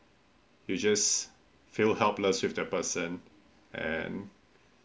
you just feel helpless with the person and